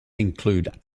include